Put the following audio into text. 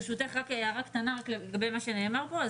ברשותך, רק הערה קטנה לגבי מה שנאמר פה.